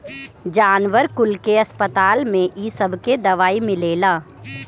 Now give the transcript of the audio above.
जानवर कुल के अस्पताल में इ सबके दवाई मिलेला